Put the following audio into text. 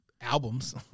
albums